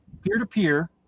peer-to-peer